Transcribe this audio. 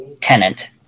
Tenant